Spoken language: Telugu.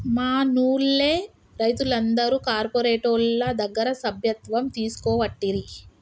మనూళ్లె రైతులందరు కార్పోరేటోళ్ల దగ్గర సభ్యత్వం తీసుకోవట్టిరి